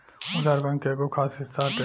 उधार, बैंक के एगो खास हिस्सा हटे